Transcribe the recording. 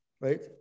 right